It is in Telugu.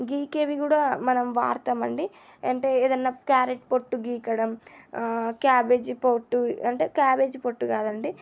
గీకేవి కూడా మనం వాడతామండి అంటే ఏదన్నా క్యారెట్ పొట్టు గీకడం క్యాబేజీ పొట్టు అంటే క్యాబేజీ పొట్టు కాదండి